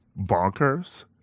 bonkers